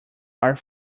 are